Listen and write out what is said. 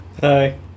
Hi